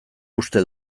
uste